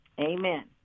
amen